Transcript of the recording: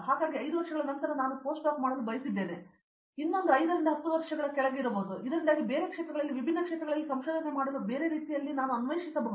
ಹಾಗಾಗಿ 5 ವರ್ಷಗಳ ನಂತರ ನಾನು ಪೋಸ್ಟ್ ಡಾಕ್ ಮಾಡಲು ಬಯಸಿದ್ದೇನೆ ಇನ್ನೊಂದು 5 ರಿಂದ 10 ವರ್ಷಗಳು ಕೆಳಗೆ ಇರಬಹುದು ಇದರಿಂದಾಗಿ ಬೇರೆ ಕ್ಷೇತ್ರಗಳಲ್ಲಿ ವಿಭಿನ್ನ ಕ್ಷೇತ್ರಗಳಲ್ಲಿ ಸಂಶೋಧನೆ ಮಾಡಲು ಬೇರೆ ರೀತಿಯಲ್ಲಿ ನಾನು ಅನ್ವೇಷಿಸಬಹುದು